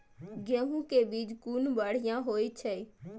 गैहू कै बीज कुन बढ़िया होय छै?